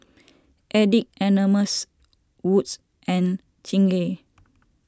Addicts Anonymous Wood's and Chingay